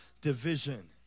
division